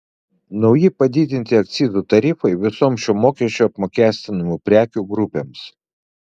nauji padidinti akcizų tarifai visoms šiuo mokesčiu apmokestinamų prekių grupėms